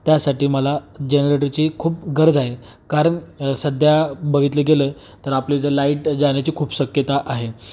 त्यासाठी मला जनरेटरची खूप गरज आहे कारण सध्या बघितलं गेलं तर आपल्या इ जे लाईट जाण्याची खूप शक्यता आहे